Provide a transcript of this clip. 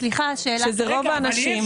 שזה רוב האנשים,